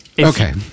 Okay